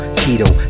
keto